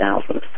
thousands